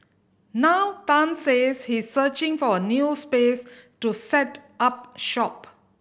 now Tan says he searching for a new space to set up shop